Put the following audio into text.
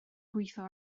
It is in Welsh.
gweithio